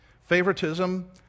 Favoritism